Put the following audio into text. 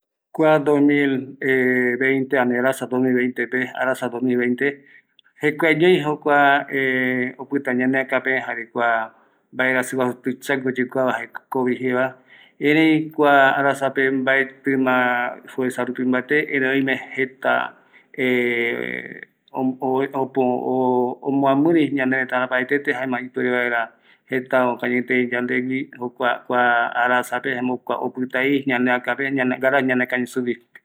Arasa mokoi eta mokoi popape ouvi yande momaendua öi opaete mbae mbae teko teko reta oajava kirai opama opaete mbae mbae reta oyembo kambio ojo ojovare jare ou yande mbo yemonguetavino jare ñanemomaevi kirai mbae mbae reta oaja ou oiko yande ndieva ñaneréta rupi jare oipota rupi kirai oaja mbae mbae reta ojo ojo